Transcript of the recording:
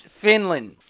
Finland